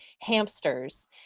hamsters